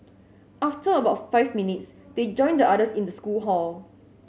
after about five minutes they joined the others in the school hall